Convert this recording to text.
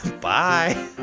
Bye